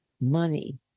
money